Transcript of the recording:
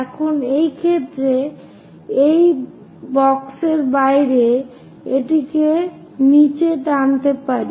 এখন এই ক্ষেত্রে এটি বাক্সের বাইরে এটিকে নিচে টানতে পারি